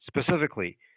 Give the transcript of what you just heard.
Specifically